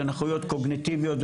זה נכויות קוגניטיביות,